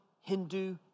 Hindu